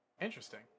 Interesting